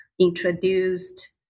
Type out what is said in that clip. introduced